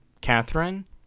Catherine